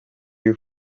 you